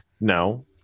no